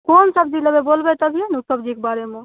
कोन सबजी लेबै बोलबैत तभिए ने ओ सबजीकऽ बारेमे